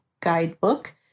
Guidebook